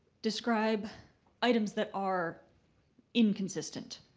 describe items that are inconsistent.